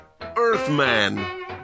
Earthman